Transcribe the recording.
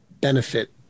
benefit